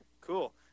cool